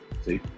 See